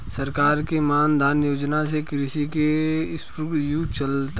सरकार के मान धन योजना से कृषि के स्वर्णिम युग चलता